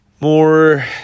more